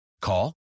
Call